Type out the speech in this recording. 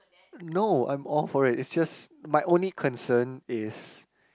no I'm all for it is just my only concern is